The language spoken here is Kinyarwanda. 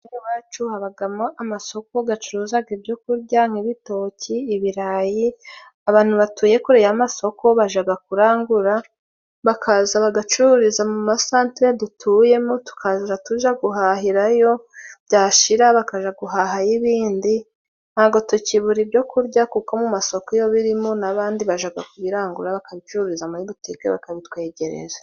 Hano iwacu habamo amasoko acuruza ibyo kurya nk'ibitoki, ibirayi abantu batuye kure y'amasoko bajya kurangura bakaza bagacururiza mu masantere dutuyemo, tukaza tuje guhahirayo. Byashira bakajya guhaha n'ibindi. Ntabwo tukibura ibyo kurya kuko mu masoko yo birimo n'abandi bashaka kubirangura, bakabicururiza muri butike bakabitwegereza.